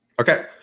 okay